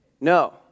No